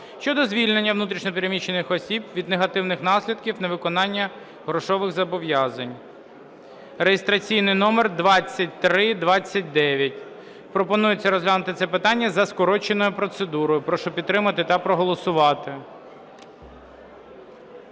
щодо звільнення внутрішньо переміщених осіб від негативних наслідків невиконання грошових зобов'язань (реєстраційний номер 2329). Пропонується розглянути це питання за скороченою процедурою. Прошу підтримати та проголосувати.